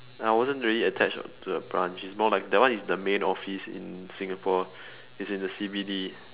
I wasn't really attached to a branch is more like that one is the main office in Singapore it's in the C_B_D